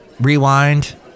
rewind